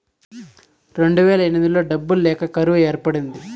రెండువేల ఎనిమిదిలో డబ్బులు లేక కరువు ఏర్పడింది